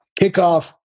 kickoff